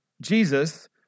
Jesus